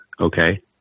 Okay